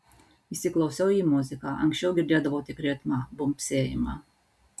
įsiklausiau į muziką anksčiau girdėdavau tik ritmą bumbsėjimą